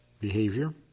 behavior